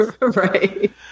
Right